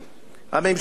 הממשלה הזאת,